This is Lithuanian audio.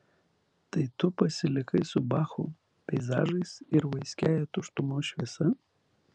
tai tu pasilikai su bachu peizažais ir vaiskiąja tuštumos šviesa